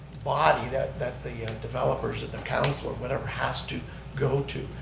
body that that the developers and the council, whatever, has to go to.